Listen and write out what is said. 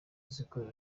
aziko